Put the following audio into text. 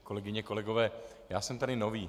Kolegyně, kolegové, já jsem tady nový.